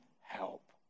help